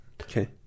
Okay